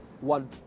one